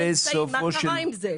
מה קרה עם זה?